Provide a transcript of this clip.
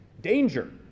danger